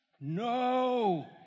no